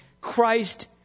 Christ